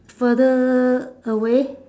further away